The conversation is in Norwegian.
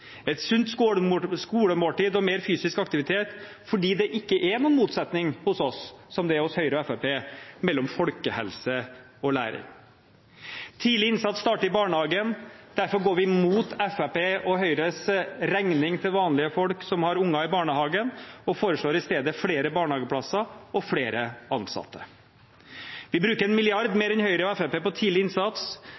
et sunt skolemåltid og mer fysisk aktivitet, fordi det ikke er noen motsetning hos oss, som det er hos Høyre og Fremskrittspartiet, mellom folkehelse og læring. Tidlig innsats starter i barnehagen, derfor går vi mot Fremskrittspartiet og Høyres regning til vanlige folk som har unger i barnehagen, og foreslår i stedet flere barnehageplasser og flere ansatte. Vi bruker